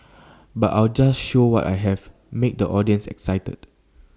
but I'll just show what I have make the audience excited